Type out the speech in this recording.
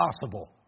possible